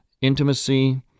intimacy